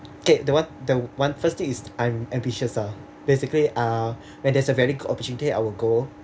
okay the one the one first thing is I'm ambitious ah basically uh when there's a very good opportunity I will go